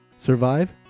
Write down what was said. Survive